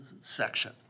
section